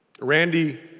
Randy